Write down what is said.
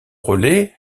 relais